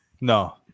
No